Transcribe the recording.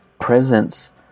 presence